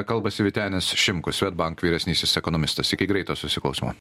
kalbasi vytenis šimkus swedbank vyresnysis ekonomistas iki greito susiklausymo